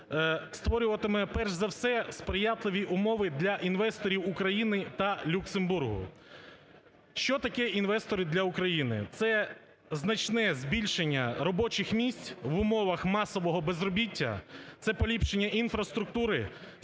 створюватиме перш за все сприятливі умови для інвесторів України та Люксембургу. Що таке інвестори для України? Це значне збільшення робочих місць в умовах масового безробіття, це поліпшення інфраструктури,